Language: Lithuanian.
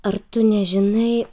ar tu nežinai